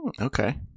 Okay